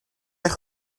eich